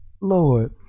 Lord